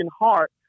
heart